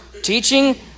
teaching